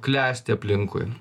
klesti aplinkui